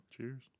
Cheers